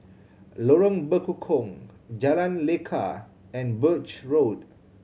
Lorong Bekukong Jalan Lekar and Birch Road